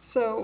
so